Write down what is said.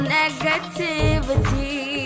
negativity